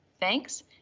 Thanks